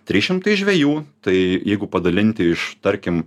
trys šimtai žvejų tai jeigu padalinti iš tarkim